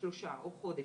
שלושה או חודש,